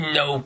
no